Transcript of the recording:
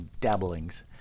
dabblings